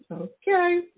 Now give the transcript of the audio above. Okay